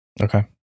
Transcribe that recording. Okay